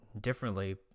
differently